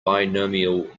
binomial